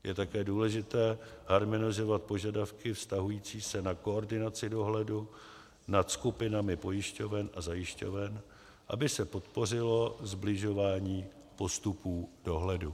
Je také důležité harmonizovat požadavky vztahující se na koordinaci dohledu nad skupinami pojišťoven a zajišťoven, aby se podpořilo sbližování postupů dohledu.